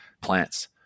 Plants